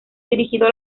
dirigido